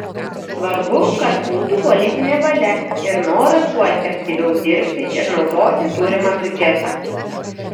svarbu kad būtų politinė valia ir noras kuo efektyviau dirbti ir naudoti turimą biudžetą